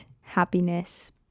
happiness